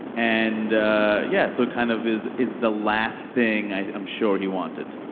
and yeah. so it kind of is is the last thing i'm sure he wanted.